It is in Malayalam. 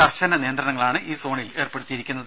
കർശന നിയന്ത്രണങ്ങളാണ് ഈ സോണിൽ ഏർപ്പെടുത്തിയിരിക്കുന്നത്